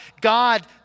God